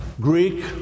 Greek